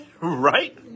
right